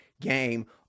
game